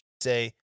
say